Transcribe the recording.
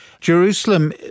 Jerusalem